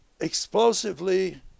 Explosively